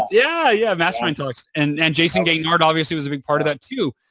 yeah yeah. mastermind talks. and jayson gaignard obviously was a big part of that too.